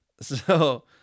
So-